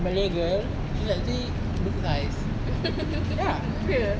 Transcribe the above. malay girl she is actually this size ya